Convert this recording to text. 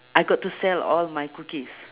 I got to sell all my cookies